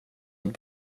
att